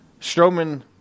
Strowman